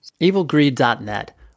EvilGreed.net